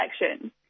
election